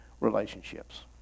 relationships